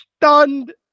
stunned